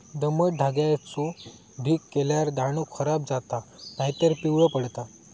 दमट धान्याचो ढीग केल्यार दाणो खराब जाता नायतर पिवळो पडता